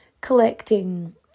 collecting